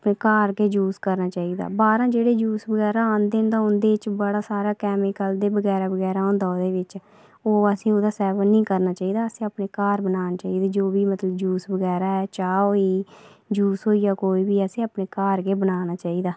घर गै यूज़ करना चाहिदा बाहरा जेह्ड़े जूस आह्नदे ते उंदे बिच बाहरा बड़ा सारा कैमिकल ते बगैरा बगैरा होंदा ओह्दे बिच ओह् असें ओह्दे ई ओह्दा सेवन निं करना चाहिदा अपने घर बनाना चाहिदा जियां जूस चाह् बगैरा होई जूस होइया कोई असें घर गै बनाना चाहिदा ऐ